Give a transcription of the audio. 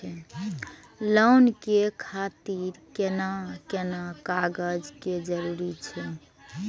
Loan के खातिर कोन कोन कागज के जरूरी छै?